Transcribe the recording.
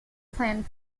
plant